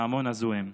מההמון הזועם.